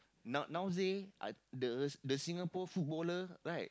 now nowadays uh the the Singapore footballer right